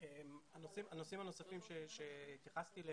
הנושאים הנוספים אליהם התייחסתי.